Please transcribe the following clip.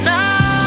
Now